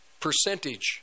percentage